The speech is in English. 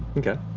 okay.